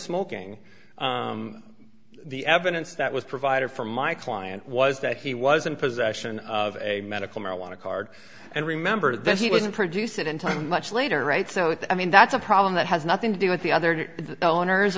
smoking the evidence that was provided for my client was that he was in possession of a medical marijuana card and remember that he wouldn't produce it in time much later right so i mean that's a problem that has nothing to do with the other owners